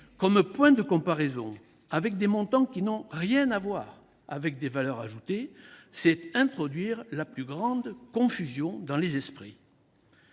comme point de comparaison avec des montants qui n’ont rien à voir avec ces dernières, c’est semer la plus grande confusion dans les esprits.